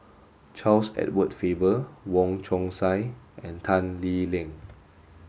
Charles Edward Faber Wong Chong Sai and Tan Lee Leng